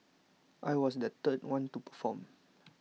I was the third one to perform